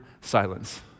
silence